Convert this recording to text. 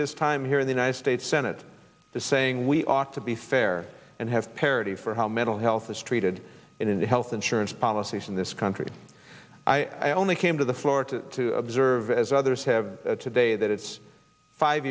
his time here in the united states senate to saying we ought to be fair and have parity for how mental health is treated in the health insurance policies in this country i only came to the floor to observe as others have today that it's five